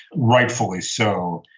rightfully so.